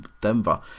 Denver